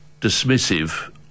dismissive